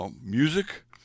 music